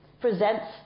presents